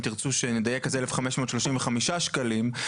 אם תרצו שנדייק אז 1,535 שקלים.